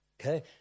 Okay